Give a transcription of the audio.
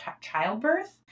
Childbirth